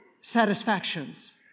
satisfactions